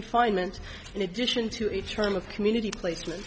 confinement in addition to a term of community placement